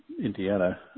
Indiana